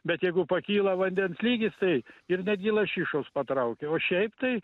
bet jeigu pakyla vandens lygis tai ir netgi lašišos patraukia o šiaip tai